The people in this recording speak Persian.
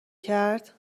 کرد